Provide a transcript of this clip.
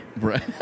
Right